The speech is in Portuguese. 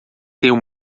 tenha